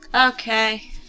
Okay